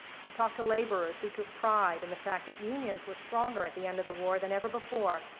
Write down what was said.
she talked to laborers who took pride in the fact that unions were stronger at the end of the war than ever before,